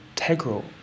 integral